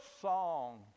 song